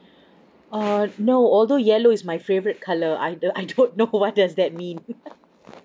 err no although yellow is my favourite colour either I don't know what does that mean